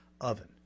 oven